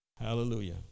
Hallelujah